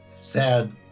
sad